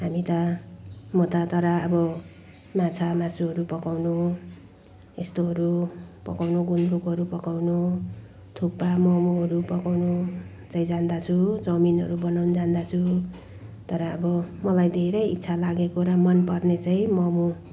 हामी त म त तर अब माछा मासुहरू पकाउनु यस्तोहरू पकाउनु गुन्द्रुकहरू पकाउनु थुक्पा मोमोहरू पकाउनु चाहिँ जान्दछु चाउमिनहरू बनाउन जान्दछु तर अब मलाई धेरै इच्छा लागेको र मनपर्ने चाहिँ मोमो